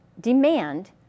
demand